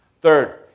Third